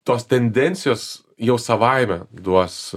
tos tendencijos jau savaime duos